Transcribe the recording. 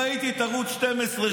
ראיתי את ערוץ 12,